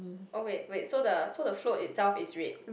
oh wait wait so the so the float itself is red